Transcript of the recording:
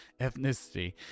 ethnicity